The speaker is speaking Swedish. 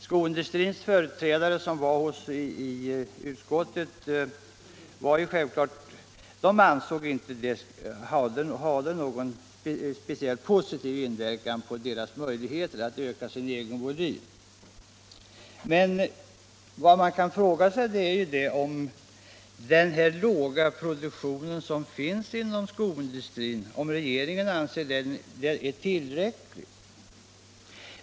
Skoindustrins företrädare, som uppvaktade utskottet, ansåg självklart att det inte hade någon speciellt positiv inverkan på deras möjligheter att öka den egna volymen. Men vad man kan fråga sig är om regeringen anser att den låga produktion som vi nu har inom skoindustrin är tillräcklig.